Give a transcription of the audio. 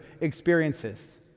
experiences